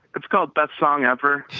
it's called best song ever